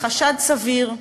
"חשד סביר".